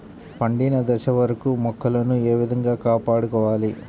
పండిన దశ వరకు మొక్కలను ఏ విధంగా కాపాడుకోవాలి?